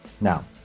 Now